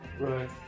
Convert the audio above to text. right